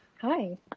Hi